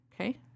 Okay